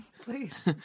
please